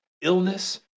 illness